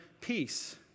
peace